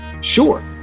sure